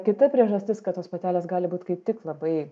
kita priežastis kad tos patelės gali būt kaip tik labai